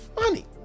money